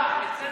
אין בתים,